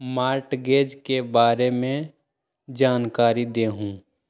Mortgage के बारे में जानकारी देहु?